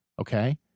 Okay